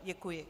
Děkuji.